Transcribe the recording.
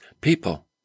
people